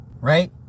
Right